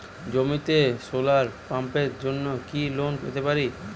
জমিতে সোলার পাম্পের জন্য কি লোন পেতে পারি?